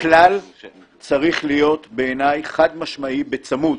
הכלל צריך להיות בעיניי חד-משמעית - בצמוד.